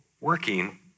working